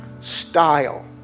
style